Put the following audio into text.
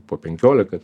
po penkiolika